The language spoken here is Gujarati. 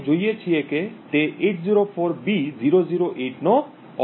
આપણે જોઈએ છીએ કે તે 804b008 નો ઓફસેટ છે